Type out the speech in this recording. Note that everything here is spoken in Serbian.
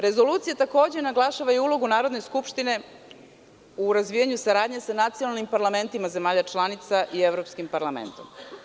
Rezolucija takođe naglašava i ulogu Narodne skupštine u razvijanju saradnje sa nacionalnim parlamentima zemalja članica i Evropskim parlamentom.